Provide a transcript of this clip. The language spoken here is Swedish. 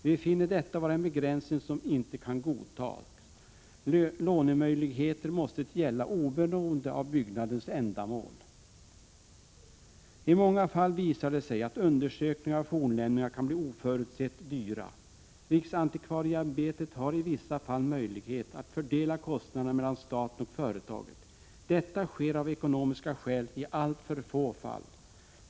Vi finner detta vara en begränsning som inte kan godtas. Lånemöjligheter måste gälla oberoende av byggnadens ändamål. I många fall visar det sig att undersökningar av fornlämningar kan bli oförutsett dyra. Riksantikvarieämbetet har i vissa fall möjlighet att fördela kostnaderna mellan staten och företaget. Detta sker av ekonomiska skäl i alltför få fall.